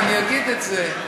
אני אגיד את זה.